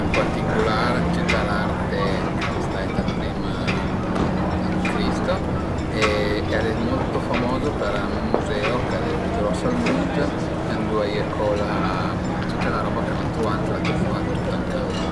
ën particular tüta l'arte ch'al e staita prima dë Cristo e al e molto famozo për ün muzeo ch'al e ël pi gros al mund ëndua a ie co la tüta la roba ch'al an co truvà ën la tumba dë Tutankamon